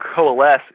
coalesce